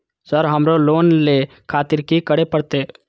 Sir हमरो loan ले खातिर की करें परतें?